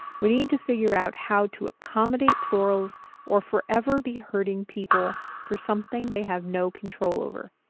we need to figure out how to accommodate plurals or forever be hurting people for something they have no control over.